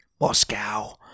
Moscow